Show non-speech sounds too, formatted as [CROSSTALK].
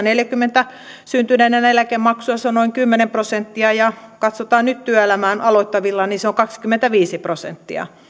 [UNINTELLIGIBLE] neljäkymmentä syntyneiden eläkemaksuja se on noin kymmenen prosenttia ja jos katsotaan nyt työelämää aloittavilla niin se on kaksikymmentäviisi prosenttia